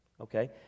okay